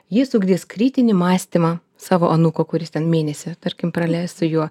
jis ugdys kritinį mąstymą savo anūko kuris ten mėnesį tarkim praleis su juo